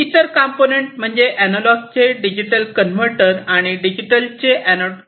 इतर कंपोनेंट म्हणजे अॅनालॉगचे डिजिटल कन्वर्टर आणि डिजिटलचे अॅनालॉगचे कन्वर्टर